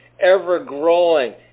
Ever-growing